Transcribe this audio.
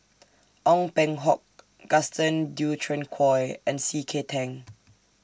Ong Peng Hock Gaston Dutronquoy and C K Tang